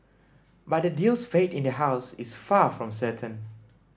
but the deal's fate in the house is far from certain